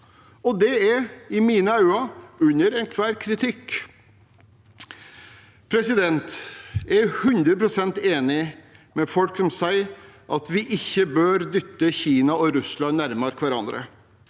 Det er i mine øyne under enhver kritikk. Jeg er 100 pst. enig med folk som sier at vi ikke bør dytte Kina og Russland nærmere hverandre,